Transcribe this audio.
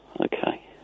Okay